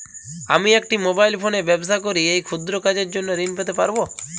আমি একটি মোবাইল ফোনে ব্যবসা করি এই ক্ষুদ্র কাজের জন্য ঋণ পেতে পারব?